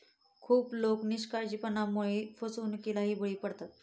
खूप लोक निष्काळजीपणामुळे फसवणुकीला बळी पडतात